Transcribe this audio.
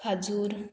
खाजूर